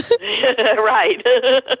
Right